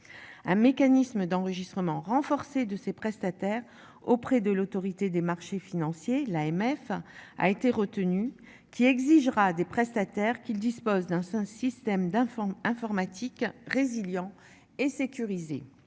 Un mécanisme d'enregistrement renforcée de ses prestataires auprès de l'Autorité des marchés financiers. L'AMF a été retenue qui exigera des prestataires qui dispose d'un système d'enfants informatique résiliant et sécurisé.